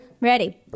Ready